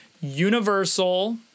universal